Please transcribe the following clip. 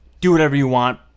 do-whatever-you-want